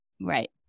Right